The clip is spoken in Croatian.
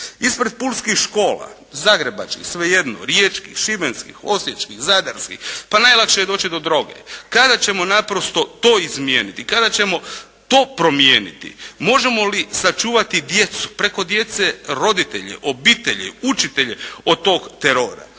Ispred pulskih škola, zagrebačkih sve jedno, riječkih, šibenskih, osječkih, zadarskih, pa najlakše je doći do droge. Kada ćemo naprosto to izmijeniti, kada ćemo to promijeniti. Možemo li sačuvati djecu, preko djece roditelje, obitelji, učitelje od tog terora.